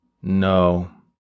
No